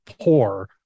poor